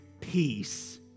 peace